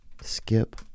Skip